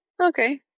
okay